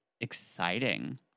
exciting